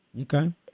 Okay